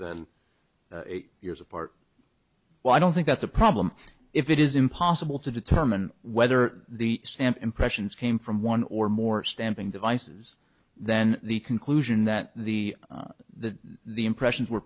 than years apart while i don't think that's a problem if it is impossible to determine whether the stamp impressions came from one or more stamping devices then the conclusion that the that the impressions were